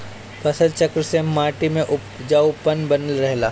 फसल चक्र से माटी में उपजाऊपन बनल रहेला